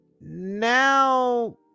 Now